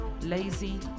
Lazy